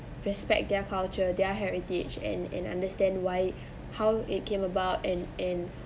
respect their culture their heritage and and understand why how it came about and and